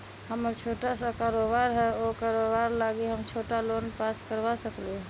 हमर छोटा सा कारोबार है उ कारोबार लागी हम छोटा लोन पास करवा सकली ह?